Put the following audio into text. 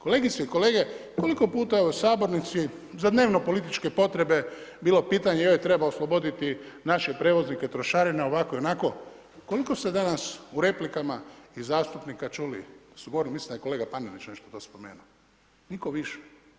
Kolegice i kolege, koliko je puta u sabornici za dnevno političke potrebe bilo pitanje e treba osloboditi naše prijevoznike od trošarina, ovako i onako,, koliko ste danas u replikama iz zastupnika čuli, mislim da je kolega Panenić nešto to spomenuo, nitko više.